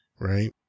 right